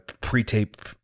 pre-tape